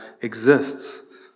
exists